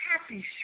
happy